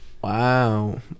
Wow